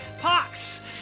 Pox